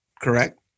Correct